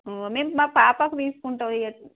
మేము మా పాపకు తీసుకుంటాం ఇక